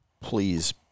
please